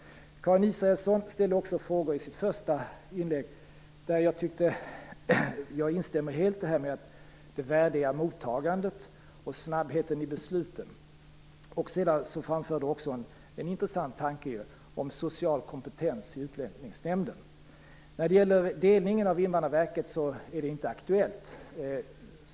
Karin Israelsson ställde också frågor i sitt första inlägg. Jag instämmer helt i det hon sade om det värdiga mottagandet och snabbheten i besluten. Hon framförde också en intressant tanke om social kompetens i Utlänningsnämnden. Någon delning av Invandrarverket är inte aktuell.